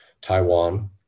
Taiwan